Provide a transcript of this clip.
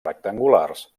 rectangulars